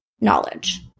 knowledge